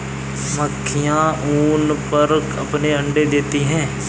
मक्खियाँ ऊन पर अपने अंडे देती हैं